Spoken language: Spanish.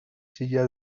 silla